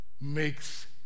makes